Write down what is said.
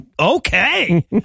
Okay